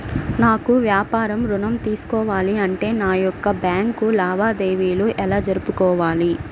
నాకు వ్యాపారం ఋణం తీసుకోవాలి అంటే నా యొక్క బ్యాంకు లావాదేవీలు ఎలా జరుపుకోవాలి?